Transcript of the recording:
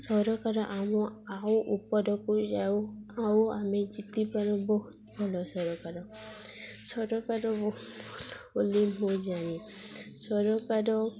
ସରକାର ଆମ ଆଉ ଉପରକୁ ଯାଉ ଆଉ ଆମେ ଜିତିପାରୁ ବହୁତ ଭଲ ସରକାର ସରକାର ବହୁତ ଭଲ ବୋଲି ମୁଁ ଜାଣେ ସରକାର